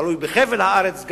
תלוי בחבל הארץ.